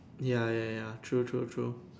ya ya ya true true true